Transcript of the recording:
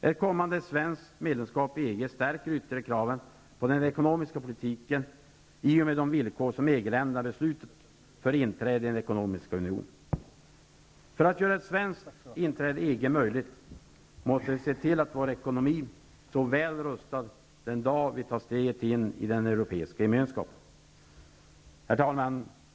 Ett kommande svenskt medlemskap i EG stärker ytterligare kraven på den ekonomiska politiken i och med de villkor som EG-länderna beslutat om för inträde i den ekonomiska unionen. För att göra ett svenskt inträde i EG möjligt måste vi se till att vår ekonomi står väl rustad den dag vi tar steget in i den europeiska gemenskapen. Herr talman!